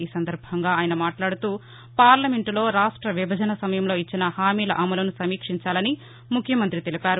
ఈ సందర్బంగా ఆయన మాట్లాడుతూ పార్లమెంటులో రాష్ట విభజన సమయంలో ఇచ్చిన హామీల అమలును సమీక్షించాలని ముఖ్యమంత్రి తెలిపారు